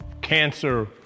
Cancer